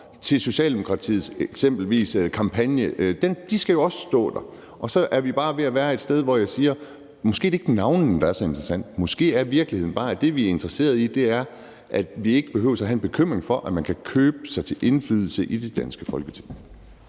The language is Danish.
Socialdemokratiets kampagne. De skal jo også stå der, og så er vi bare ved at være et sted, hvor jeg siger: Måske er det ikke navnene, der er så interessante; måske er virkeligheden bare, at det, vi er interesserede i, er, at vi ikke behøver have en bekymring for, at man kan købe sig til indflydelse i det danske Folketing.